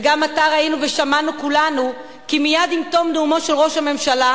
וגם עתה ראינו ושמענו כולנו כי מייד עם תום נאומו של ראש הממשלה